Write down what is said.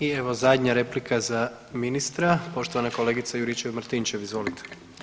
I evo zadnja replika za ministra, poštovana kolegica Juričev Martinčev, izvolite.